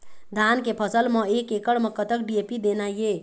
धान के फसल म एक एकड़ म कतक डी.ए.पी देना ये?